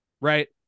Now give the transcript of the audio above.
right